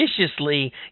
viciously